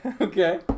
Okay